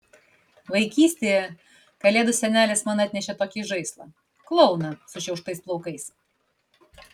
vaikystėje kalėdų senelis man atnešė tokį žaislą klouną sušiauštais plaukais